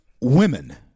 women